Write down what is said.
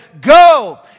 Go